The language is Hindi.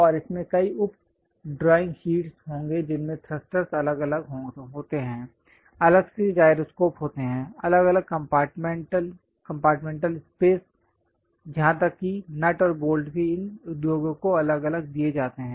और इसमें कई उप ड्राइंग शीटस् होंगे जिनमें थ्रस्टर्स अलग अलग होते हैं अलग से जाइरोस्कोप होते हैं अलग अलग कम्पार्टमेंट स्पेस यहां तक कि नट और बोल्ट भी इन उद्योगों को अलग अलग दिए जाते हैं